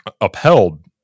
upheld